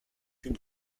une